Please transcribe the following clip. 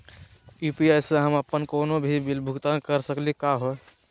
UPI स हम अप्पन कोनो भी बिल भुगतान कर सकली का हे?